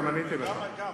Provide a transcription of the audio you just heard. גם עניתי לך.